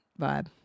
vibe